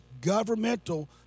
governmental